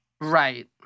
Right